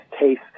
taste